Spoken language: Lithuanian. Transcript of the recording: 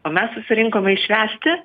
o mes susirinkome švęsti